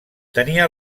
tenia